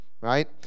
right